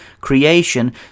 creation